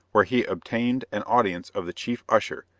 where he obtained an audience of the chief usher,